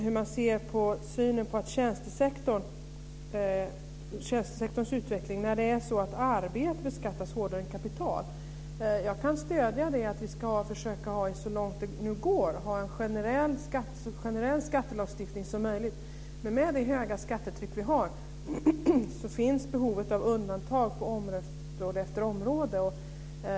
Hur ser ni på tjänstesektorns utveckling när arbete beskattas hårdare än kapital? Jag kan stödja att vi så långt det nu går ska försöka att ha en så generell skattelagstiftning som möjligt. Med det höga skattetryck vi har finns behovet av undantag på område efter område.